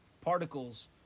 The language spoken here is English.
particles